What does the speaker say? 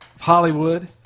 Hollywood